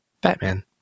Batman